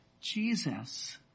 Jesus